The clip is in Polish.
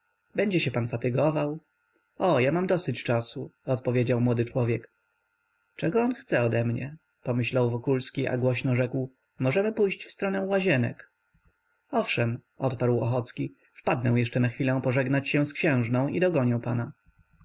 będzie się pan fatygował o ja mam dosyć czasu odpowiedział młody człowiek czego on chce ode mnie pomyślał wokulski a głośno rzekł możemy pójść w stronę łazienek owszem odparł ochocki wpadnę jeszcze na chwilę pożegnać się z księżną i dogonię pana